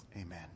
Amen